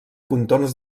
contorns